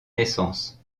naissance